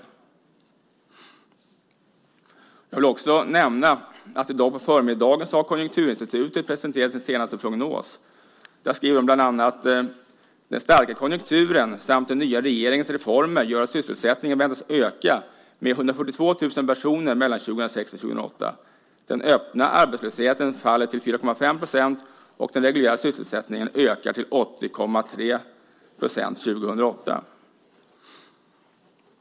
Jag vill också nämna att i dag på förmiddagen har Konjunkturinstitutet presenterat sin senaste prognos. Där skriver de bland annat att den starka konjunkturen samt den nya regeringens reformer gör att sysselsättningen väntas öka med 142 000 personer mellan 2006 och 2008. Den öppna arbetslösheten faller till 4,5 %, och den reguljära sysselsättningen ökar till 80,3 % år 2008.